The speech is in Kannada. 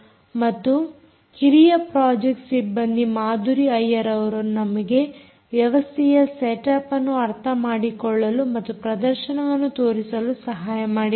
ಮತ್ತು ಹಿರಿಯ ಪ್ರಾಜೆಕ್ಟ್ ಸಿಬ್ಬಂದಿ ಮಾಧುರಿ ಅಯ್ಯರ್ ಅವರು ನಮಗೆ ವ್ಯವಸ್ಥೆಯ ಸೆಟ್ ಅಪ್ ಅನ್ನು ಅರ್ಥ ಮಾಡಿಕೊಳ್ಳಲು ಮತ್ತು ಪ್ರದರ್ಶನವನ್ನು ತೋರಿಸಲು ಸಹಾಯ ಮಾಡಿದ್ದಾರೆ